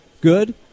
good